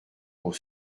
pour